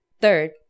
Third